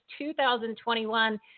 2021